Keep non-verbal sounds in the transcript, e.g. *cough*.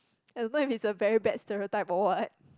*noise* I don't know if it's a very bad stereotype or what